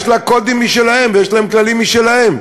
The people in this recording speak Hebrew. יש להם קודים וכללים משלהם.